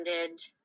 ended